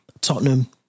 Tottenham